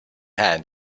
hand